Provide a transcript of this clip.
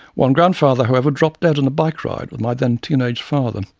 one grandfather however dropped dead on a bike ride with my then teen-aged father,